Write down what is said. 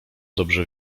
dobrze